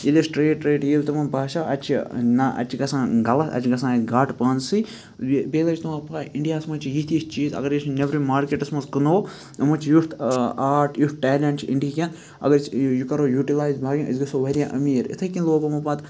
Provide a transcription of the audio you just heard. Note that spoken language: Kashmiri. ییٚلہِ أسۍ ٹرٛیڈ ٹرٛیڈ ییٚلہِ تِمَن باسیٚو اَتہِ چھِ نہ اَتہِ چھِ گژھان غلط اَتہِ چھِ گژھان گاٹہٕ پانسٕے بیٚیہِ لٔج تِمَن پاے اِنڈیاہَس مَنٛز چھِ یِتھ چیٖز اگَر أسۍ نٮ۪برمِس مارکیٹَس مَنٛز کٕنو یِمَن چھُ یُتھ آرٹ یُتھ ٹیلنٛٹ اِنڈیہِکٮ۪ن اگر أسۍ یہِ کَرو یوٗٹِلایز أسۍ گَژھو واریاہ أمیٖر اِتھَے کنۍ لوگ یِمو پَتہٕ